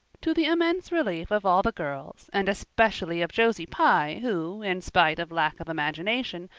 to the immense relief of all the girls, and especially of josie pye, who, in spite of lack of imagination,